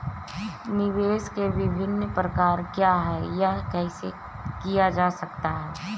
निवेश के विभिन्न प्रकार क्या हैं यह कैसे किया जा सकता है?